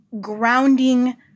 grounding